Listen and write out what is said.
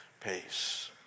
pace